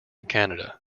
canada